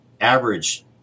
average